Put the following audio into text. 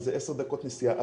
שזה עשר דקות נסיעה,